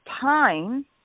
time